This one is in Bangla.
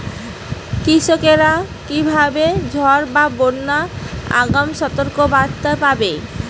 কৃষকেরা কীভাবে ঝড় বা বন্যার আগাম সতর্ক বার্তা পাবে?